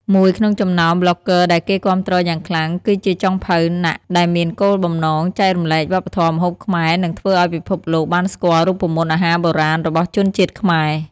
មួយក្នុងចំណោមប្លុកហ្គើដែលគេគាំទ្រយ៉ាងខ្លាំង គឺជាចុងភៅណាក់ ដែលមានគោលបំណងចែករំលែកវប្បធម៌ម្ហូបខ្មែរនិងធ្វើឲ្យពិភពលោកបានស្គាល់រូបមន្តអាហារបុរាណរបស់ជនជាតិខ្មែរ។